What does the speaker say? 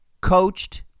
coached